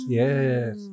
yes